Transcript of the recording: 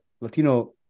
Latino